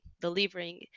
delivering